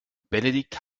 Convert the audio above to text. benedikt